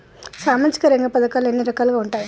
సామాజిక రంగ పథకాలు ఎన్ని రకాలుగా ఉంటాయి?